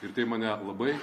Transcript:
ir tai mane labai